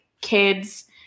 kids